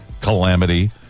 calamity